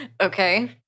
Okay